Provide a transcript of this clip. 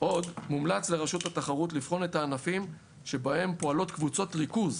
עוד מומלץ לרשות התחרות לבחון את הענפים שבהם פועלות קבוצות ריכוז